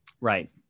Right